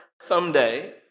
someday